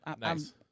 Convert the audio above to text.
Nice